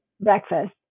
breakfast